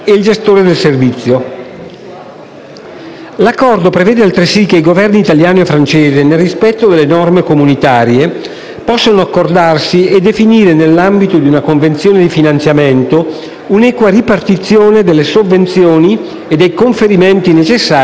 L'Accordo prevede altresì che i Governi italiano e francese, nel rispetto delle norme comunitarie, possano accordarsi e definire, nell'ambito di una convenzione di finanziamento, una equa ripartizione delle sovvenzioni e dei conferimenti necessari per la gestione del servizio.